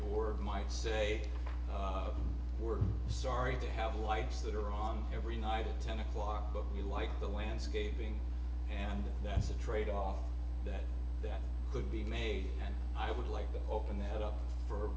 board might say we're sorry to have lights that are on every night at ten o'clock but you like the landscaping and that's a trade off that that could be made and i would like to open that up for